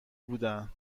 بودن